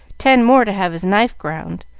ten more to have his knife ground,